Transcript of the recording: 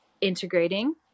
integrating